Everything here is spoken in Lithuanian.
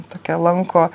tokia lanko